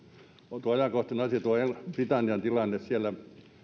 on tuo ajankohtainen asia tuo britannian tilanne siellä